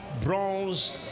bronze